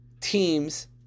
teams